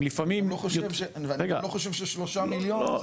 הם לפעמים --- אני לא חושב ששלושה מיליון --- רגע.